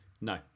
no